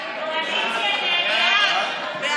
הצעת סיעת יש